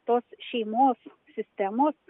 tos šeimos sistemos